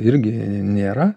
irgi nėra